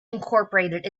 incorporated